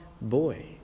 boy